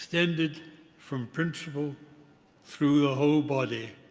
extended from principal through the whole body,